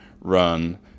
run